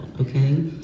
okay